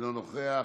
אינו נוכח,